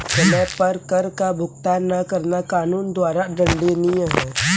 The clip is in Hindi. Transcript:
समय पर कर का भुगतान न करना कानून द्वारा दंडनीय है